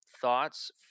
Thoughts